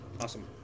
awesome